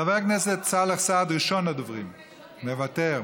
חבר הכנסת סאלח סעד, ראשון הדוברים, מוותר,